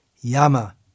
yama